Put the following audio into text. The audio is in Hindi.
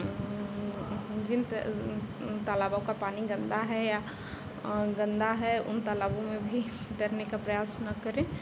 जिन तालाबों का पानी गन्दा है या अ गन्दा है उन तालाबों में भी तैरने का प्रयास न करें